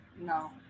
No